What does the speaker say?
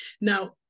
Now